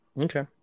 Okay